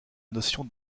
notion